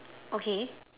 okay